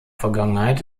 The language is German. vergangenheit